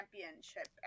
championship